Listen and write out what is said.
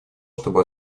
чтобы